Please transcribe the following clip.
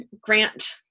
grant